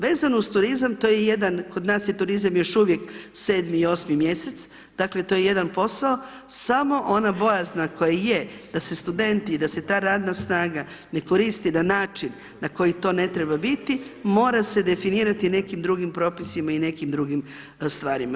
Vezano uz turizam, to je jedan, kod nas je turizam još uvijek 7. i 8. mjesec, dakle to je jedan posao, samo ona bojazna koja je, da se studenti i da se ta radna snaga ne koristi na način na koji to ne treba biti mora se definirati nekim drugim propisima i nekim drugim stvarima.